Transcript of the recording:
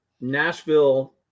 Nashville